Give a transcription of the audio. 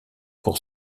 pour